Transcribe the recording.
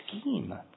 scheme